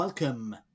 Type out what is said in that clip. Welcome